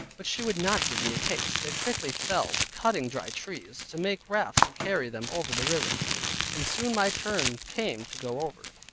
but she would not give me a taste. they quickly fell to cutting dry trees, to make rafts to carry them over the river and soon my turn came to go over.